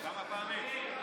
כמה פעמים?